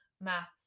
Maths